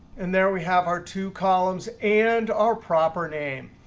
and there, we have our two columns and our proper name.